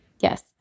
yes